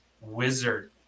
wizard